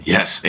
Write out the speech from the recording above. Yes